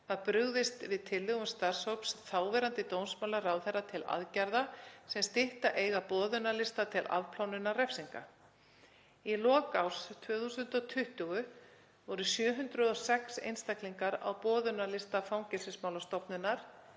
var brugðist við tillögum starfshóps þáverandi dómsmálaráðherra til aðgerða sem stytta eiga boðunarlista til afplánunar refsinga. Í lok árs 2020 voru 706 einstaklingar á boðunarlista Fangelsismálastofnunar